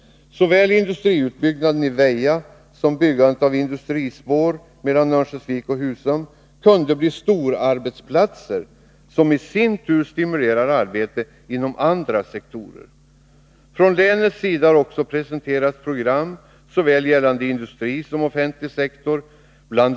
Såväl industriutbyggnaden i Väja som byggandet av industrispår mellan Örnsköldsvik och Husum kunde ge upphov till storarbetsplatser som i sin tur stimulerar arbete inom andra sektorer. Från länets sida har också presenterats program gällande såväl industri som offentlig sektor. Bl.